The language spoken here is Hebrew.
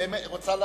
אני יודע.